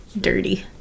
dirty